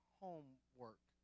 homework